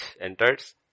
enters